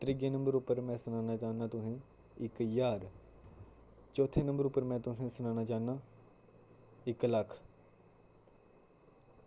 त्रिए नंबर उप्पर में सनाना चाह्नां तुसें इक ज्हार चौथे नंबर उप्पर में तुसें सनाना चाह्ना इक लक्ख